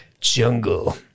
Jungle